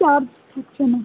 charge হচ্ছে না